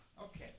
Okay